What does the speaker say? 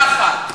יחד.